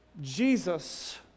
Jesus